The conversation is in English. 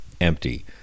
empty